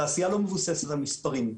התעשייה לא מבוססת על מספרים.